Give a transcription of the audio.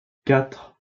quatre